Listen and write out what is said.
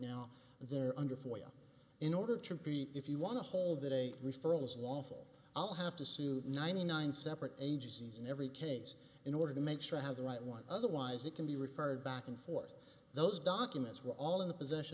now they're under for oil in order to compete if you want to hold a referral is lawful i'll have to see you ninety nine separate agencies in every case in order to make sure i have the right one otherwise it can be referred back and forth those documents were all in the pos